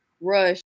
rush